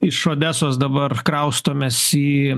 iš odesos dabar kraustomės į